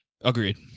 Agreed